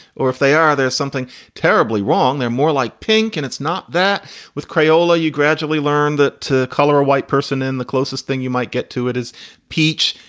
or if they are, there's something terribly wrong. they're more like pink. and it's not that with creola, you gradually learn that color color a white person and the closest thing you might get to it is peach.